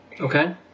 okay